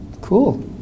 Cool